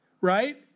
right